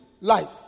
life